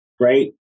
right